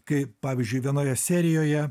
kai pavyzdžiui vienoje serijoje